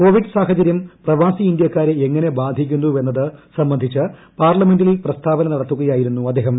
Covid സാഹചര്യം പ്രവാസി ഇന്ത്യാക്കാരെ എങ്ങനെ ബാധിക്കുന്നുവെന്നത് സംബന്ധിച്ച് പാർലമെന്റിൽ പ്രസ്താവന നടത്തുകയായിരുന്നു അദ്ദേഹം